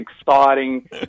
exciting